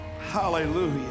hallelujah